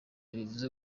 bivuze